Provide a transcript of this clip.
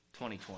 2020